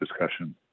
discussion